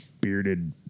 bearded